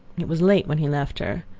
it was late when he left her.